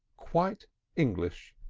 quite english,